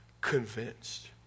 convinced